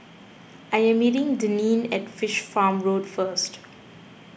I am meeting Deneen at Fish Farm Road first